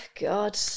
god